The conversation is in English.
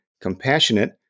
compassionate